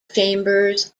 chambers